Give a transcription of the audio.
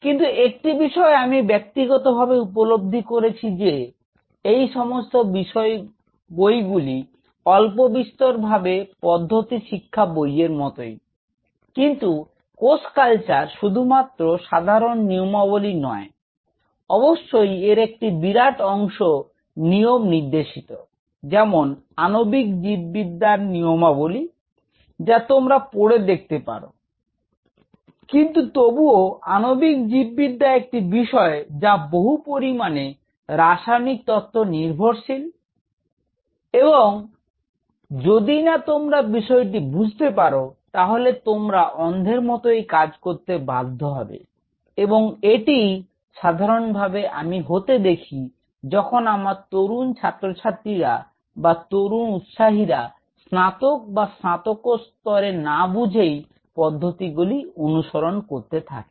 কিন্তু একটি বিষয় আমি ব্যক্তিগতভাবে উপলব্ধি করেছি যে এই সমস্ত বইগুলি অল্পবিস্তরভাবে পদ্ধতিশিক্ষা বইয়ের মতই কিন্তু কোষ কালচার শুধুমাত্র সাধারণ নিয়মাবলী নয় অবশ্যই এর একটি বিরাট অংশ নিয়ম নির্দেশিত যেমন - আনবিক জীববিদ্যার Refer Time 0501 নিয়মাবলী যা তোমরা পড়ে দেখতে পার কিন্তু তবুও আনবিক জীববিদ্যা একটি বিষয় যা বহু পরিমাণে রাসায়নিক তত্ত্ব নির্ভরশীল এবং যদি না তোমরা বিষয়টি বুঝতে পার তাহলে তোমরা অন্ধের মতই কাজ করতে বাধ্য হবে এবং এটিই সাধারণভাবে আমি হতে দেখি যখন আমার তরুণ ছাত্র ছাত্রীরা বা তরুণ উৎসাহীরা স্নাতক বা স্নাতাকোত্তর স্তরে না বুঝেই পদ্ধতিগুলি অনুসরণ করতে থাকে